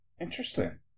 Interesting